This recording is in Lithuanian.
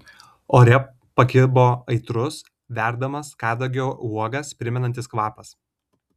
ore pakibo aitrus verdamas kadagio uogas primenantis kvapas